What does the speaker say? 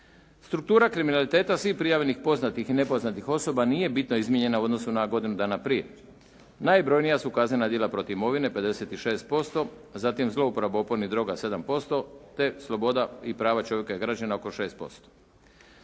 Struktura kriminaliteta svih prijavljenih poznatih i nepoznatih osoba nije bitno izmijenjana u odnosu na godinu dana prije. Najbrojnija su kaznena djela protiv imovine 56%, zatim zlouporaba opojnih droga 7%, te sloboda i prava čovjeka i građana oko 6%.